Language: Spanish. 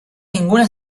ninguna